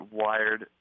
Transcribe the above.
wired